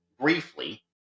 briefly